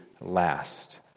last